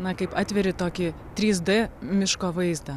na kaip atveri tokį trys d miško vaizdą